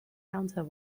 counter